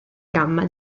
gamma